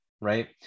right